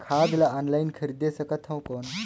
खाद ला ऑनलाइन खरीदे सकथव कौन?